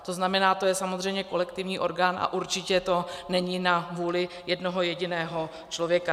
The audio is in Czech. To znamená, to je samozřejmě kolektivní orgán a určitě to není na vůli jednoho jediného člověka.